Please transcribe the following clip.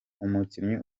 umukinnyi